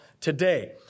today